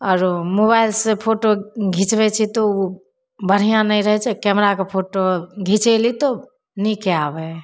आओर मोबाइल से फोटो घिचबै छी तऽ ओ बढ़िआँ नहि रहै छै कैमराके फोटो घिचैली तऽ नीक आबै हइ